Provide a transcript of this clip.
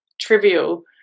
trivial